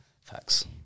Facts